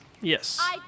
Yes